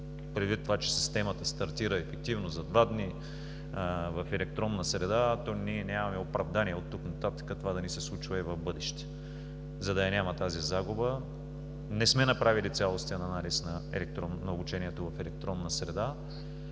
Предвид това, че системата стартира ефективно за два дни в електронна среда, то ние нямаме оправдание оттук нататък това да ни се случва и в бъдеще, за да я няма тази загуба. Не сме направили цялостен анализ на обучението в електронна среда,